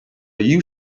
you